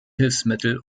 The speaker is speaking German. hilfsmittel